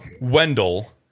Wendell